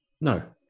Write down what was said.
No